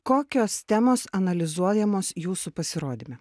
kokios temos analizuojamos jūsų pasirodyme